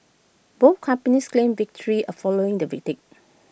both companies claimed victory A following the verdict